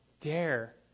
dare